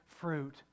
fruit